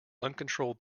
uncontrolled